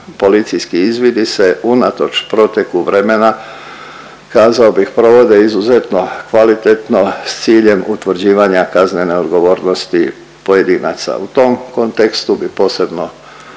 policijski izvidi se unatoč proteku vremena kazao bih provode izuzetno kvalitetno s ciljem utvrđivanja kaznene odgovornosti pojedinaca. U tom kontekstu bi posebno